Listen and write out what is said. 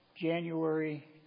January